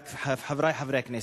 חברי חברי הכנסת,